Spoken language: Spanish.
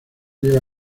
lleva